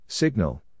Signal